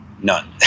none